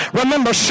remember